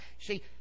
see